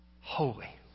Holy